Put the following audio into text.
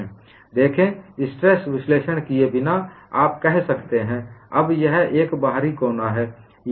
देखें स्ट्रेस विश्लेषण किए बिना आप कह सकते हैं अब यह एक बाहरी कोना है